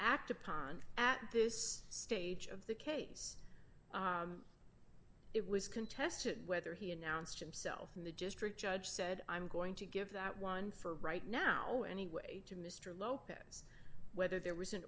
act upon at this stage of the case it was contested whether he announced himself and the district judge said i'm going to give that one for right now anyway to mr lopez whether there was